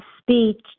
speech